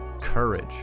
courage